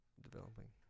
developing